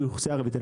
ואוכלוסייה ערבית.